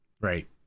Right